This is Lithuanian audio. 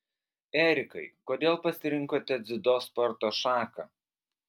erikai kodėl pasirinkote dziudo sporto šaką